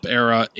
era